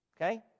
Okay